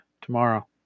tomorrow